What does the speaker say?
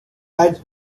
had